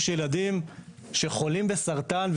יש ילדים שחולים בסרטן,